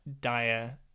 dire